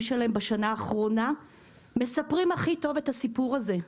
בשנה האחרונה מספרים הכי טוב את הסיפור הזה.